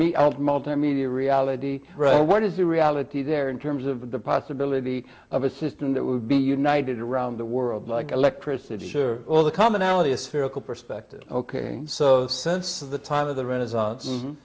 me old multimedia reality what is the reality there in terms of the possibility of a system that would be united around the world like electricity sure all the commonality a spherical perspective ok so since the time of the renaissance